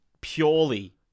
purely